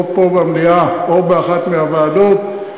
או פה במליאה או באחת מהוועדות,